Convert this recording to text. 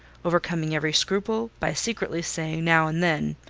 overcoming every scruple, by secretly saying now and then,